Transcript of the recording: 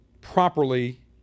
properly